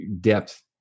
depth